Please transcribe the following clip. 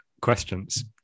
questions